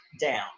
down